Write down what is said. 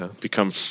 become